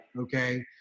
Okay